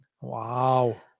Wow